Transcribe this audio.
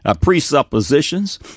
presuppositions